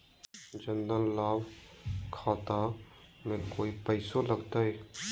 जन धन लाभ खाता में कोइ पैसों लगते?